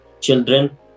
children